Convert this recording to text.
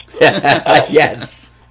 Yes